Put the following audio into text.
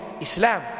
Islam